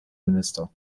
minister